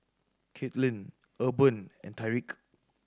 Kathlyn Urban and Tyreek